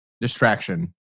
Distraction